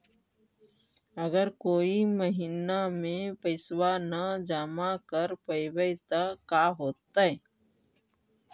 अगर कोई महिना मे पैसबा न जमा कर पईबै त का होतै?